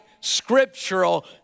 scriptural